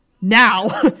now